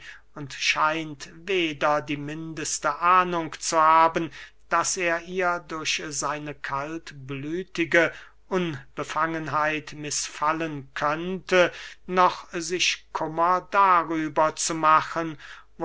und scheint weder die mindeste ahnung zu haben daß er ihr durch seine kaltblütige unbefangenheit mißfallen könnte noch sich kummer darüber zu machen